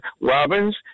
Robins